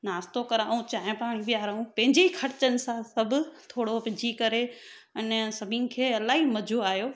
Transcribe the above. नाश्तो कयूं चांहि पाणी पीऊं पंहिंजे ख़र्चनि सां सब थोरो विझी करे अने सभिनि खे इलाही मज़ो आहियो